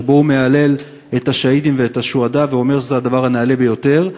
שבו הוא מהלל את השהידים ואת השוהדא ואומר שזה הדבר הנעלה ביותר,